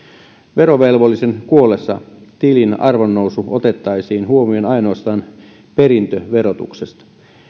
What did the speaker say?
verovelvollisen kuollessa tilin arvonnousu otettaisiin huomioon ainoastaan perintöverotuksessa